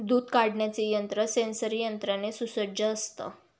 दूध काढण्याचे यंत्र सेंसरी यंत्राने सुसज्ज असतं